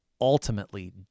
ultimately